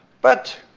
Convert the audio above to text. but,